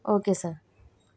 okay sir